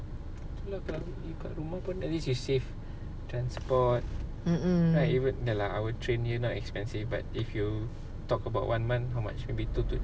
mm mm